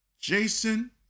Jason